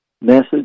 message